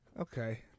Okay